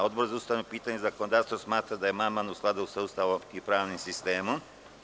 Odbor za ustavna pitanja i zakonodavstvo smatra da je amandman u skladu sa Ustavom i pravnim sistemom.